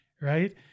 right